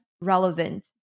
relevant